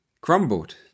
Crumbled